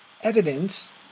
evidence